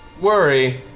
worry